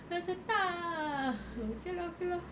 then macam tak ah okay lor okay lor